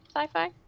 sci-fi